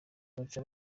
baca